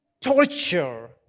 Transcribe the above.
torture